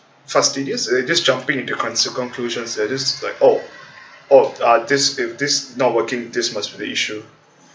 fastidious it is just jumping into conc~ conclusions it is like oh oh uh this if this is not working this must be the issue